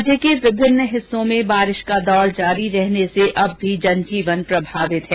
राज्य के विभिन्न हिस्सों में बारिश का दौर जारी रहने से अब भी जनजीवन प्रभावित है